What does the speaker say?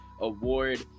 Award